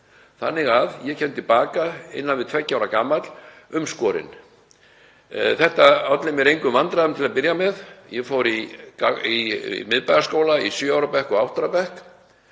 þannig að ég kem til baka innan við tveggja ára gamall umskorinn. Þetta olli mér engum vandræðum til að byrja með. Ég fór í Miðbæjarskólann í sjö ára bekk og átta ára bekk